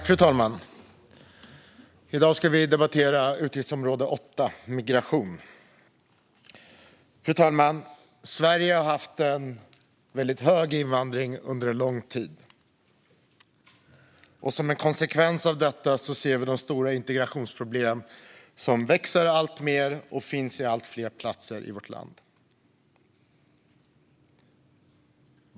Fru talman! I dag ska vi debattera utgiftsområde 8 Migration. Fru talman! Sverige har haft en väldigt hög invandring under en lång tid. Som en konsekvens av detta ser vi stora integrationsproblem som växer alltmer och som finns på allt fler platser i vårt land.